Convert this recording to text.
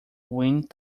wind